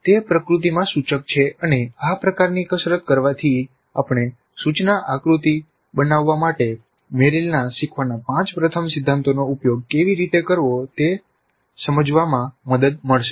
તે પ્રકૃતિમાં સૂચક છે અને આ પ્રકારની કસરત કરવાથી આપણે સૂચના આકૃતિ બનવવા માટે મેરિલના શીખવાના પાંચ પ્રથમ સિદ્ધાંતોનો ઉપયોગ કેવી રીતે કરવો તે સમજવામાં મદદ મળશે